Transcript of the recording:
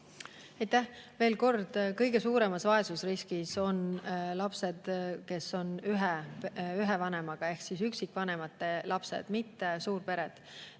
Aitäh! Veel kord, kõige suuremas vaesusriskis on lapsed, kes on ühe vanemaga ehk üksikvanemate lapsed, mitte suurpered.